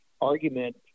argument